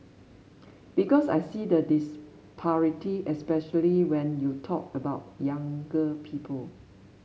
because I see the disparity especially when you talk about younger people